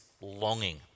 longing